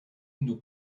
nous